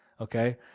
okay